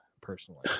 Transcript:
Personally